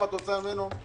את רוצה ממנו-